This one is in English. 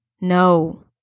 No